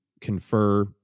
confer